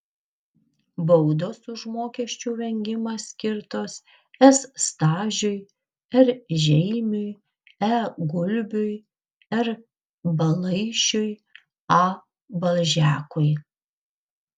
baudos už mokesčių vengimą skirtos s stažiui r žeimiui e gulbiui r balaišiui a balžekui